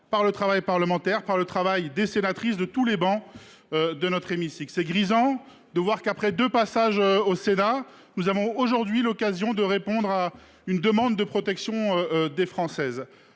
par le travail parlementaire des sénatrices de toutes les travées de notre hémicycle. C’est grisant de voir qu’après deux passages au Sénat nous avons aujourd’hui l’occasion de répondre à une demande de protection des Françaises.